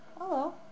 Hello